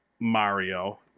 mario